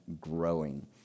growing